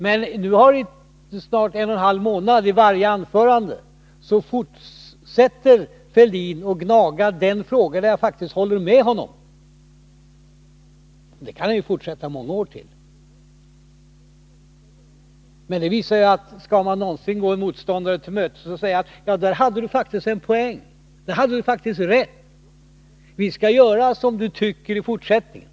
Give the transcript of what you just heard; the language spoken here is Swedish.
Men i snart en och en halv månad har herr Fälldin fortsatt att i varje anförande gnaga den fråga där jag faktiskt håller med honom. Det kan han fortsätta med många år till! Men det visar det vanskliga i att gå en motståndare till mötes och säga: Där hade du faktiskt rätt. Vi skall göra som du tycker i fortsättningen.